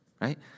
right